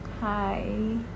hi